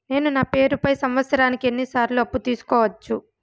నేను నా పేరుపై సంవత్సరానికి ఎన్ని సార్లు అప్పు తీసుకోవచ్చు?